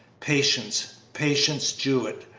patience patience jewett,